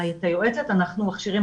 את היועצת אנחנו מכשירים,